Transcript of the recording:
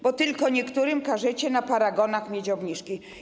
Bo tylko niektórym każecie na paragonach mieć obniżki.